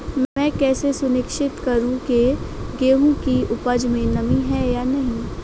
मैं कैसे सुनिश्चित करूँ की गेहूँ की उपज में नमी है या नहीं?